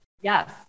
Yes